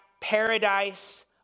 paradise